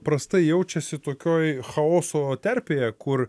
prastai jaučiasi tokioj chaoso terpėje kur